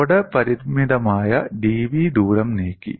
load പരിമിതമായ dV ദൂരം നീക്കി